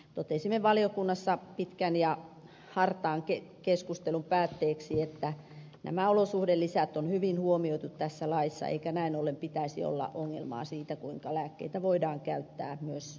totesimme valiokunnassa pitkän ja hartaan keskustelun päätteeksi että nämä olosuhdelisät on hyvin huomioitu tässä laissa eikä näin ollen pitäisi olla ongelmaa siitä kuinka lääkkeitä voidaan käyttää myös diabetespotilaiden osalta